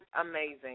Amazing